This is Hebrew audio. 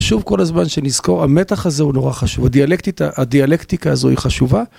חשוב כל הזמן שנזכור המתח הזה הוא נורא חשוב, הדיאלקטיקה הזו היא חשובה.